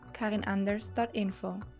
Karinanders.info